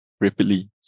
rapidly